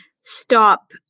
stop